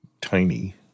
tiny